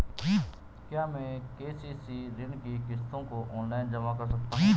क्या मैं के.सी.सी ऋण की किश्तों को ऑनलाइन जमा कर सकता हूँ?